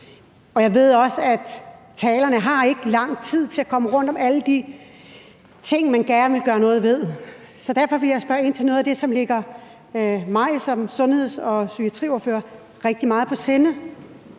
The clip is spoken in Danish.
og jeg ved også, at talerne ikke har lang tid til at komme rundt om alle de ting, man gerne vil gøre noget ved. Derfor vil jeg spørge ind til noget af det, som ligger mig som sundheds- og psykiatriordfører rigtig meget på sinde.